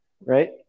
right